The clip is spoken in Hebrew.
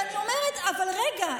ואני אומרת: אבל רגע,